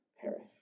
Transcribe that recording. perish